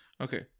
Okay